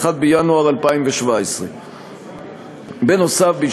1 בינואר 2017. נוסף על כך,